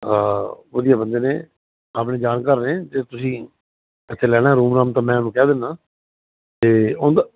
ਹਾਂ ਵਧੀਆ ਬੰਦੇ ਨੇ ਆਪਣੇ ਜਾਣਕਾਰ ਨੇ ਜੇ ਤੁਸੀਂ ਐਥੇ ਲੈਣਾ ਰੂਮ ਰਾਮ ਤਾਂ ਮੈਂ ਉਹਨੂੰ ਕਹਿ ਦਿੰਨਾ ਤੇ ਉਨ ਦਾ